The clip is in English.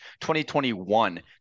2021